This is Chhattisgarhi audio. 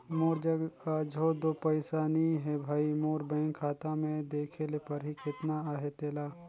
मोर जग अझो दो पइसा नी हे भई, मोर बेंक खाता में देखे ले परही केतना अहे तेला